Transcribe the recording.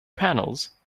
panels